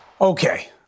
Okay